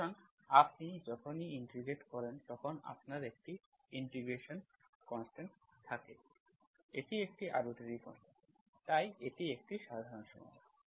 সুতরাং আপনি যখন ইন্টিগ্রেট করেন তখন আপনার একটি ইন্টিগ্রেটিং কনস্ট্যান্ট থাকে এটি একটি আরবিট্রারি কনস্ট্যান্ট তাই এটি একটি সাধারণ সমাধান